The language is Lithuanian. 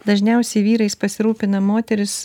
dažniausiai vyrais pasirūpina moterys